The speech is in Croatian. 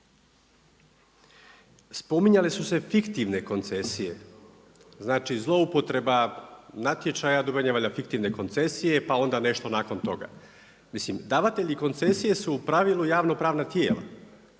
Spominjale su se fiktivne koncesije, znači zloupotreba natječaja, …/Govornik se ne razumije./… fiktivne koncesije, pa onda nešto nakon toga. Mislim, davatelji koncesije su u pravilu javnopravna tijela.